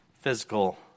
physical